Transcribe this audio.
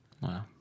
Wow